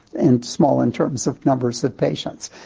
and small in terms of numbers of patients.